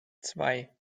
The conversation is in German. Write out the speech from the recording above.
zwei